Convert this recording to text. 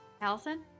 Allison